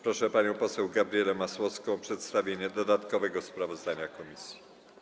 Proszę panią poseł Gabrielę Masłowską o przedstawienie dodatkowego sprawozdania komisji.